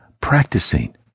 practicing